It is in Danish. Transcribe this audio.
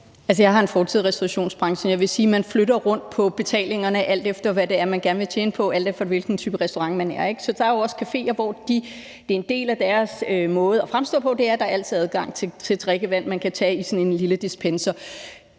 har en fortid i restaurationsbranchen, og jeg vil sige, at man flytter rundt på betalingerne, alt efter hvad man gerne vil tjene på, alt efter hvilken type restaurant man er. Der er jo også caféer, hvor det er en del af deres måde at fremstå på, at der altid er adgang til drikkevand, man kan tage fra sådan en lille dispenser.